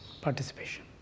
participation